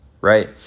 right